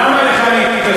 למה לך להתעצבן?